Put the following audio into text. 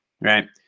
right